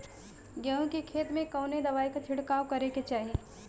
गेहूँ के खेत मे कवने दवाई क छिड़काव करे के चाही?